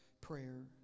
prayer